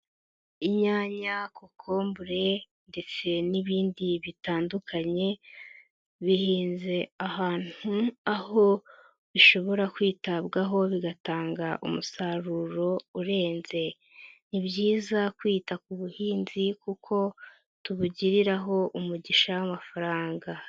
Inyanya, kokombure, ndetse n'ibindi bitandukanye bihinze ahantu aho bishobora kwitabwaho bigatanga umusaruro urenze, ni byiza kwita ku buhinzi kuko tubugiriraho umugisha w'amafaranga.